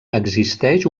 existeix